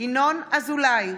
ינון אזולאי,